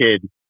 kid